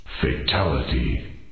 fatality